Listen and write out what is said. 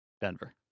Denver